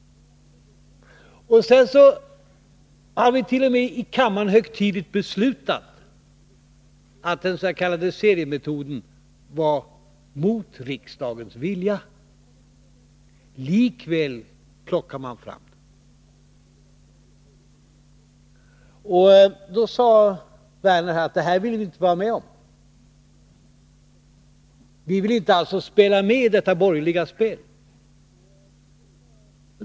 Vidare har vi t.o.m. i kammaren högtidligt beslutat att den s.k. seriemetoden var mot riksdagens vilja. Likväl plockade de borgerliga fram förslag om den metoden. Då sade Lars Werner: Detta vill vi inte vara med om. Vi vill inte spela med i de borgerligas spel.